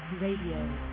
Radio